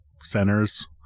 centers